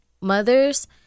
mothers